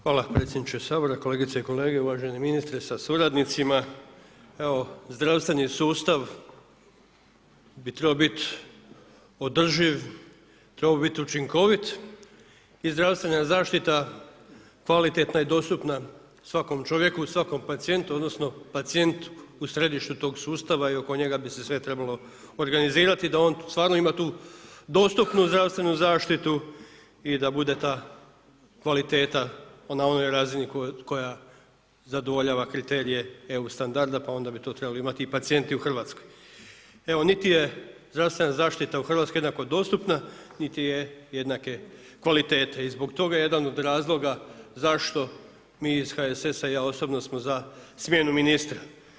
Hvala predsjedniče Sabora, kolegice i kolege, uvaženi ministre sa suradnicima, zdravstveni sustav bi trebao biti održiv, trebao bi biti učinkovit i zdravstvena zaštita, kvalitetna i dostupna svakom čovjeku, svakom pacijentu, odnosno, pacijent u središtu tog sustava i oko njega bi se sve trebalo organizirati, da on stvarno imat u dostupnu zdravstvenu zaštitu i da bude ta kvaliteta na onoj razini koja zadovoljava kriterije EU standarda pa onda bi to trebali imati i pacijenti u Hrvatskoj Evo, niti je zdravstvena zaštita u Hrvatskoj jednako dostupna niti je jednake kvalitete i zbog toga jedan od razloga, zašto mi iz HSS-a i ja osobno samo za smjenu ministra.